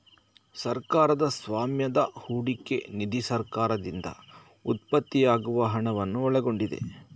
ಸರ್ಕಾರದ ಸ್ವಾಮ್ಯದ ಹೂಡಿಕೆ ನಿಧಿ ಸರ್ಕಾರದಿಂದ ಉತ್ಪತ್ತಿಯಾಗುವ ಹಣವನ್ನು ಒಳಗೊಂಡಿದೆ